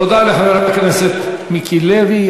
תודה לחבר הכנסת מיקי לוי.